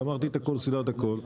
גמרתי את הכל סידרתי את הכל,